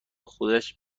خودش